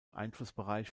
einflussbereich